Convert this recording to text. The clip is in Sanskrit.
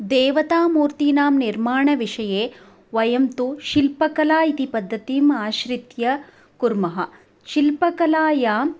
देवतामूर्तिनां निर्माणविषये वयं तु शिल्पकला इति पद्धतिम् आश्रित्य कुर्मः शिल्पकलायाम्